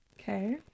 Okay